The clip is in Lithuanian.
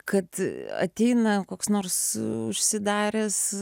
kad ateina koks nors užsidaręs